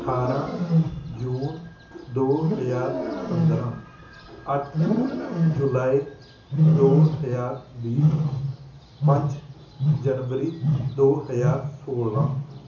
ਅਠਾਰਾਂ ਜੂਨ ਦੋ ਹਜ਼ਾਰ ਪੰਦਰਾਂ ਅੱਠ ਜੁਲਾਈ ਦੋ ਹਜ਼ਾਰ ਵੀਹ ਪੰਜ ਜਨਵਰੀ ਦੋ ਹਜ਼ਾਰ ਸੌਲਾਂ